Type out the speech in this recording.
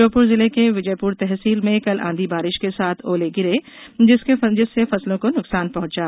श्योपुर जिले के विजयपुर तहसील में कल आंधी बारिश के साथ ओले गिरे जिससे फसलों को नुकसान पहंचा